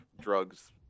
drugs